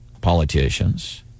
politicians